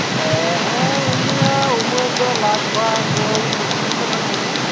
ᱮᱻ ᱦᱮᱸ ᱩᱱᱤᱭᱟᱜ ᱩᱢᱮᱨ ᱫᱚ ᱞᱟᱜᱽᱵᱷᱟᱜᱽ ᱳᱭ ᱯᱚᱸᱪᱤᱥ ᱵᱚᱪᱷᱚᱨ ᱜᱟᱡ ᱦᱩᱭᱩᱜᱼᱟ